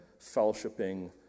fellowshipping